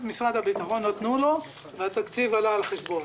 נתנו למשרד הביטחון והתקציב עלה על חשבון